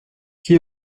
qui